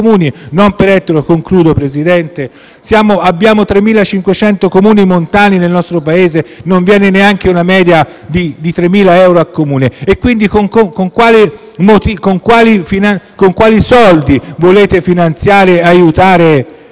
non per ettaro, considerato che abbiamo 3.500 Comuni montani nel nostro Paese, non viene neanche una media di 3.000 euro a Comune. Quindi con quali soldi volete aiutare